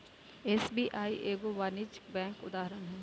SBI एगो वाणिज्यिक bank के उदाहरण हइ